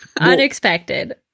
unexpected